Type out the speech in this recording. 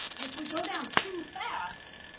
if we go down too fast,